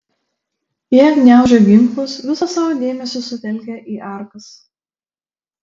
jie gniaužė ginklus visą savo dėmesį sutelkę į arkas